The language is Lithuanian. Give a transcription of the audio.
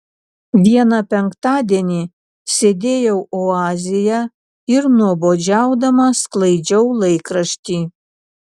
vieną penktadienį sėdėjau oazėje ir nuobodžiaudama sklaidžiau laikraštį